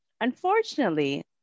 Unfortunately